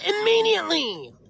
immediately